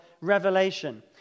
revelation